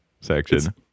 section